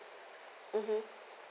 mmhmm